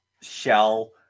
shell